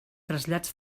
trasllats